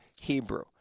Hebrew